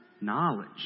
knowledge